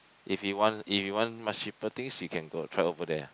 if you want if you want much cheaper things you can go try over there